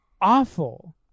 awful